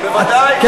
בוודאי, בוודאי.